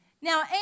Now